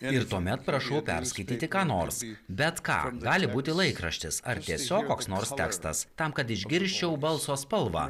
ir tuomet prašau perskaityti ką nors bet ką gali būti laikraštis ar tiesiog koks nors tekstas tam kad išgirsčiau balso spalvą